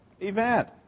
event